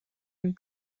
and